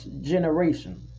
generation